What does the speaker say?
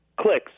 clicks